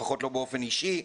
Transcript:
לפחות לא באופן אישי,